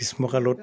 গ্ৰীষ্মকালত